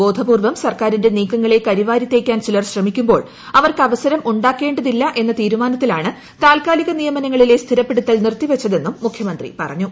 ബോധപൂർവം സർക്കാരിന്റെ നീക്കങ്ങളെ കരിവാരിത്തേക്കാൻ ചിലർ ശ്രമിക്കുമ്പോൾ അവർക്ക് അവസരം ഉണ്ടാക്കേണ്ടതില്ലെന്ന തീരുമാനത്തിലാണ് താൽക്കാലിക നിയമനങ്ങളിലെ സ്ഥിരപ്പെടുത്തൽ നിർത്തിവച്ചതെന്നും മുഖ്യമന്ത്രി പറഞ്ഞു